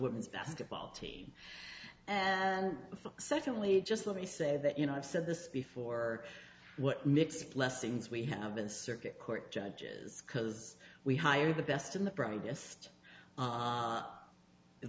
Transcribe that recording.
women's basketball team and secondly just let me say that you know i've said this before what mixed blessings we have been circuit court judges because we hire the best and the brightest